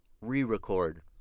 Re-record